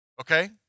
okay